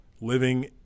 living